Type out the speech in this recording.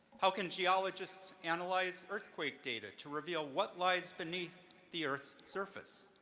how can geologists analyze earthquake data to reveal what lies beneath the earth's surface?